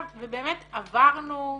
ובאמת עברנו,